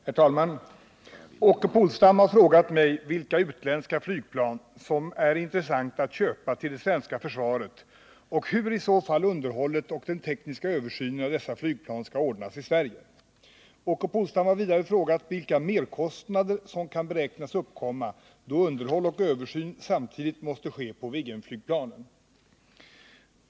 Herr talman! Åke Polstam har frågat mig vilka utländska flygplan som är intressanta att köpa till det svenska försvaret och hur i så fall underhållet och den tekniska översynen av dessa flygplan skall ordnas i Sverige. Åke Polstam har vidare frågat vilka merkostnader som kan beräknas uppkomma då underhåll och översyn samtidigt måste ske på Viggenflygplanen.